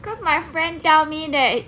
cause my friend tell me that